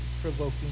provoking